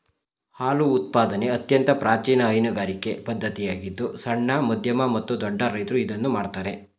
ಹಾಲು ಉತ್ಪಾದನೆ ಅತ್ಯಂತ ಪ್ರಾಚೀನ ಹೈನುಗಾರಿಕೆ ಪದ್ಧತಿಯಾಗಿದ್ದು ಸಣ್ಣ, ಮಧ್ಯಮ ಮತ್ತು ದೊಡ್ಡ ರೈತ್ರು ಇದನ್ನು ಮಾಡ್ತರೆ